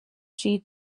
she